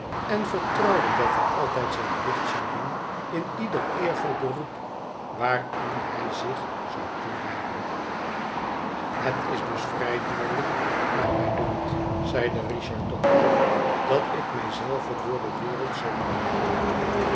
en vertrouwde dat hij altijd zijn plicht zou doen in ieder eervol beroep waaraan hij zich zou toewijden het is dus vrij duidelijk naar mij dunkt zeide richard tot mij dat ik mij zelven door de wereld zal moeten helpen